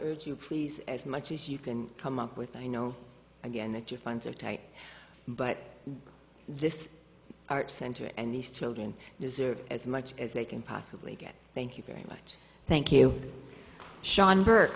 urge you please as much as you can come up with i know again that your funds are tight but this art center and these children deserve as much as they can possibly get thank you very much thank you sean